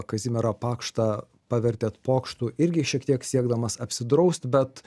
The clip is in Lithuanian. kazimierą pakštą pavertėt pokštu irgi šiek tiek siekdamas apsidrausti bet